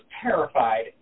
terrified